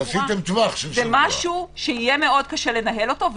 זה משהו שיהיה קשה מאוד לנהל אותו.